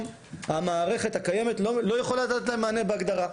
המערכת הקיימת לא יכולה לתת להם מענה בהגדרה,